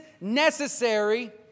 necessary